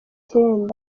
icyenda